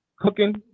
cooking